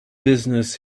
business